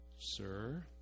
sir